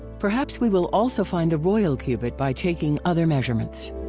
perhaps we will also find the royal cubit by taking other measurements.